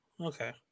Okay